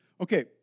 Okay